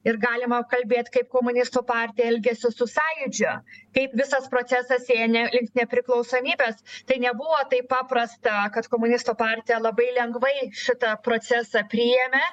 ir galima kalbėt kaip komunistų partija elgėsi su sąjūdžiu kaip visas procesas ėnė link nepriklausomybės tai nebuvo taip paprasta kad komunistų partija labai lengvai šitą procesą priėmė